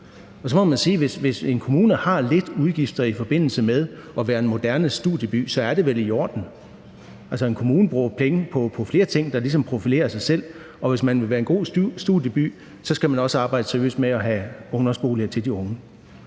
hvis en kommune har lidt udgifter i forbindelse med at være en moderne studieby, er det vel i orden. Altså, en kommune bruger jo penge på flere ting, der ligesom profilerer kommunen selv, og hvis man vil være en god studieby, skal man også arbejde seriøst med at have ungdomsboliger til de unge.